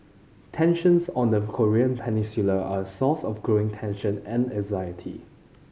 tensions on the Korean Peninsula are a source of growing tension and anxiety